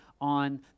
on